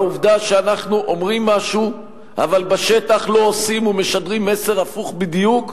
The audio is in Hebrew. והעובדה שאנחנו אומרים משהו אבל בשטח לא עושים ומשדרים מסר הפוך בדיוק,